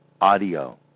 audio